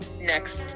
next